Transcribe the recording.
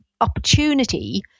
opportunity